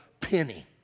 penny